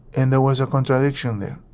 and there was a contradiction there